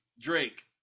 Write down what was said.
Drake